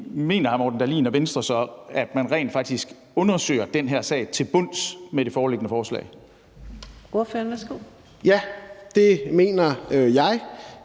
Mener hr. Morten Dahlin og Venstre så, at man rent faktisk undersøger den her sag til bunds med det foreliggende forslag? Kl. 18:45 Fjerde